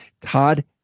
Todd